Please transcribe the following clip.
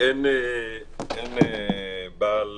אין בעל